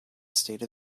state